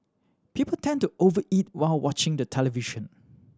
people tend to over eat while watching the television